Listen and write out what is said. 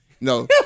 No